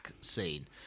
scene